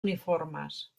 uniformes